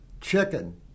chicken